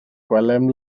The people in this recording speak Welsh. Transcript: gwelem